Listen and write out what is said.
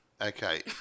Okay